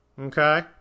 Okay